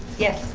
yes,